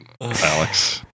Alex